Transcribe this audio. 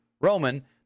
Roman